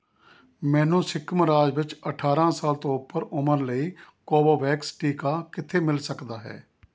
ਮੈਨੂੰ ਸਿੱਕਮ ਰਾਜ ਵਿੱਚ ਅਠਾਰਾਂ ਸਾਲ ਤੋਂ ਉੱਪਰ ਉਮਰ ਲਈ ਕੋਵੋਵੈਕਸ ਟੀਕਾ ਕਿੱਥੇ ਮਿਲ ਸਕਦਾ ਹੈ